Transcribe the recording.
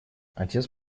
отец